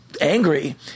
angry